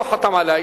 לא חתם עליה,